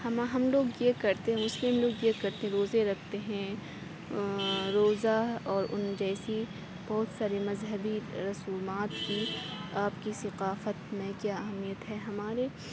ہم ہم لوگ یہ کرتے ہیں مسلم لوگ یہ کرتے ہیں روزے رکھتے ہیں روزہ اور ان جیسی بہت ساری مذہبی رسومات کی آپ کی ثقافت میں کیا اہمیت ہے ہمارے